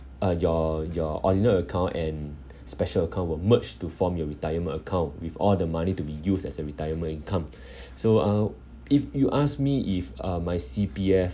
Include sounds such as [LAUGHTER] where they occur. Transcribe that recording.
uh your your ordinary account and special account will merge to form your retirement account with all the money to be used as a retirement income [BREATH] so uh if you ask me if um my C_P_F